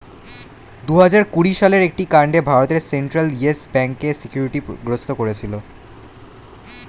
দুহাজার কুড়ি সালের একটি কাণ্ডে ভারতের সেন্ট্রাল ইয়েস ব্যাঙ্ককে সিকিউরিটি গ্রস্ত করেছিল